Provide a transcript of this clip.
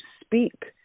speak